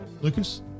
lucas